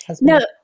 No